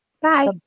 Bye